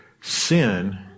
sin